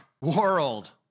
world